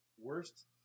Worst